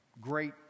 great